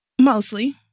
Mostly